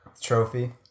Trophy